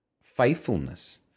faithfulness